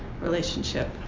relationship